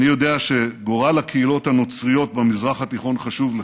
אני יודע שגורל הקהילות הנוצריות במזרח התיכון חשוב לך.